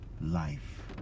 life